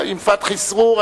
עם פתחי סרור,